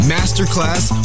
Masterclass